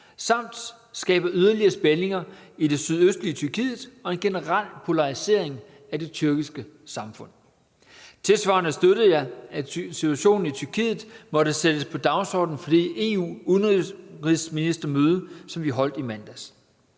samt skaber yderligere spændinger i det sydøstlige Tyrkiet og en generel polarisering af det tyrkiske samfund. Kl. 13:08 Tilsvarende støttede jeg, at situationen i Tyrkiet måtte sættes på dagsordenen på det EU-udenrigsministermøde, som vi holdt i mandags.